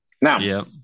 Now